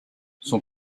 son